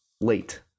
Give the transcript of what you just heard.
late